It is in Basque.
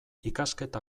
ikasketa